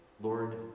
Lord